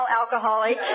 alcoholic